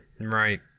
right